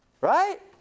Right